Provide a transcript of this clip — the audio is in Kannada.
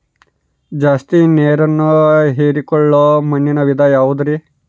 ಜಾಸ್ತಿ ನೇರನ್ನ ಹೇರಿಕೊಳ್ಳೊ ಮಣ್ಣಿನ ವಿಧ ಯಾವುದುರಿ?